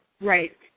Right